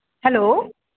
hello